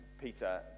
Peter